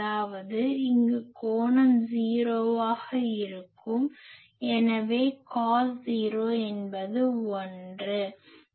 அதாவது இங்கு கோணம் 0 ஆக இருக்கும் எனவே காஸ் 0 என்பது 1